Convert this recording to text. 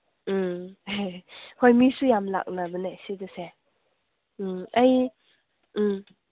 ꯎꯝ ꯍꯣꯏ ꯃꯤꯁꯨ ꯌꯥꯝ ꯂꯥꯛꯅꯕꯅꯦ ꯁꯤꯒꯤꯁꯦ ꯎꯝ ꯑꯩ ꯎꯝ